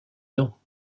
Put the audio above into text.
noms